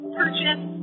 purchase